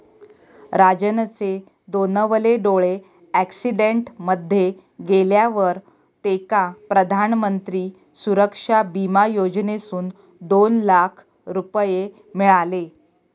राजनचे दोनवले डोळे अॅक्सिडेंट मध्ये गेल्यावर तेका प्रधानमंत्री सुरक्षा बिमा योजनेसून दोन लाख रुपये मिळाले